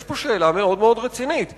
יש פה שאלה רצינית מאוד.